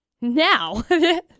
now